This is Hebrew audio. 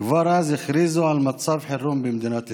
כבר אז הכריזו על מצב חירום במדינת ישראל.